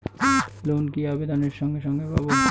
Loan কি আবেদনের সঙ্গে সঙ্গে পাব?